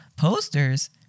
Posters